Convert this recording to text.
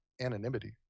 anonymity